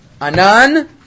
Anan